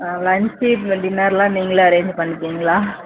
ஆ lunch இந்த டின்னரெல்லாம் நீங்களே அரேஞ்ச் பண்ணிப்பீங்களா